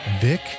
Vic